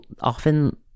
often